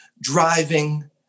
driving